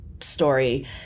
story